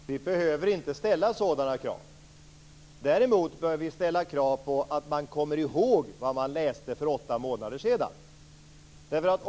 Fru talman! Vi behöver inte ställa sådana krav. Däremot bör vi ställa krav på att man kommer ihåg vad man läste för åtta månader sedan.